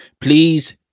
please